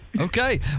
Okay